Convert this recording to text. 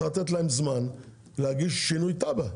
צריך לתת להם זמן להגיש שינוי תב"ע,